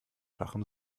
fachem